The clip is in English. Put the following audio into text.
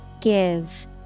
Give